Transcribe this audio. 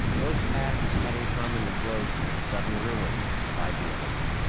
both pasts had in common the growth and sudden ruin of idealism.